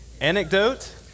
anecdote